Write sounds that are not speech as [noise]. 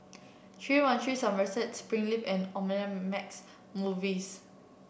three one three Somerset Springleaf and [unintelligible] Movies